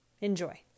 Enjoy